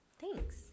Thanks